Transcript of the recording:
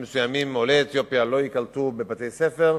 מסוימים עולי אתיופיה לא ייקלטו בבתי-ספר.